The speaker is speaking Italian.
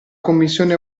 commissione